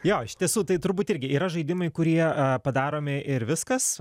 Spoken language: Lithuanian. jo iš tiesų tai turbūt irgi yra žaidimai kurie padaromi ir viskas